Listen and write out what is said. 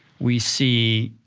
we see